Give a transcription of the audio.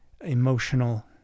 emotional